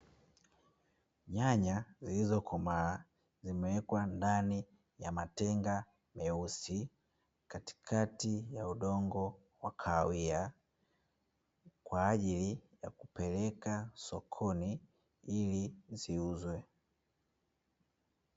Nyanya zilizo komaa zimewekwa ndani ya matenga meusi chini kuna udongo wa kahawia zimekwa ili zikauzwe